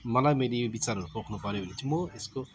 मलाई मेरो यो विचार पोख्नुपर्यो भने चाहिँ म यसको